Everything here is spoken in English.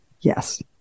Yes